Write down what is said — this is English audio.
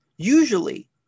Usually